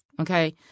Okay